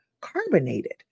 carbonated